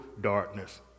darkness